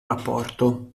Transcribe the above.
rapporto